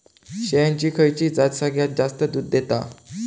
शेळ्यांची खयची जात सगळ्यात जास्त दूध देता?